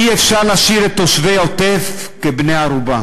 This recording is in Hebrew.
אי-אפשר להשאיר את תושבי העוטף כבני-ערובה.